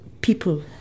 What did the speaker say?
people